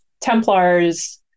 Templars